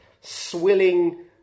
swilling